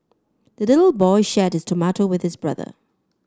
the little boy shared his tomato with his brother